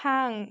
थां